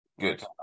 Good